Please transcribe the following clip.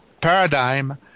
paradigm